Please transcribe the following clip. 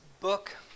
book